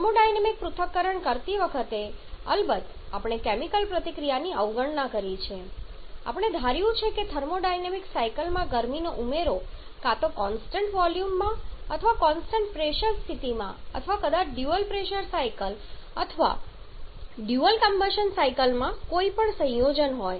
thermodynamic પૃથ્થકરણ કરતી વખતે અલબત્ત આપણે કેમિકલ પ્રતિક્રિયાની અવગણના કરી છે આપણે ધાર્યું છે કે થર્મોડાયનેમિક સાયકલ માં ગરમીનો ઉમેરો કાં તો કોન્સ્ટન્ટ વોલ્યૂમ માં અથવા કોન્સ્ટન્ટ પ્રેશર સ્થિતિમાં અથવા કદાચ ડ્યુઅલ પ્રેશર સાયકલ અથવા ડ્યુઅલ કમ્બશન સાયકલ માં તેનું કોઈપણ સંયોજન છે